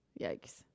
yikes